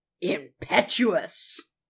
impetuous